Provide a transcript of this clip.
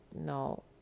no